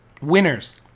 Winners